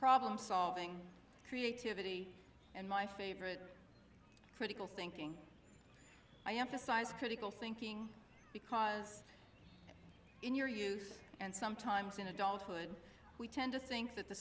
problem solving creativity and my favorite critical thinking i emphasize critical thinking because and sometimes in adulthood we tend to think that the